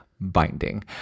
binding